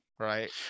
Right